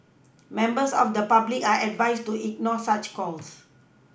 members of the public are advised to ignore such calls